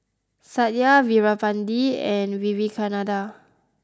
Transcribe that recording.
Satya Veerapandiya and Vivekananda